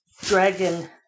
dragon